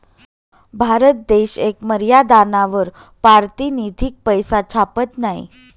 भारत देश येक मर्यादानावर पारतिनिधिक पैसा छापत नयी